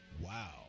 Wow